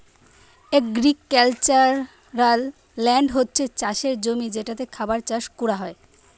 agricultural land হচ্ছে চাষের জমি যেটাতে খাবার চাষ কোরা হয়